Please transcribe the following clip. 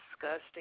disgusting